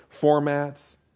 formats